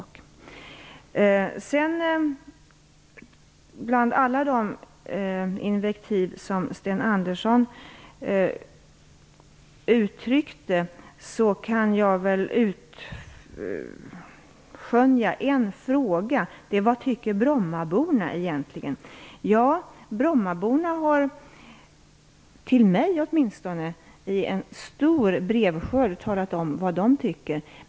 Bland alla de invektiv som Sten Andersson uttryckte kan jag skönja en fråga. Det var vad brommaborna egentligen tycker. Brommaborna har i en stor brevskörd till mig talat om vad de tycker.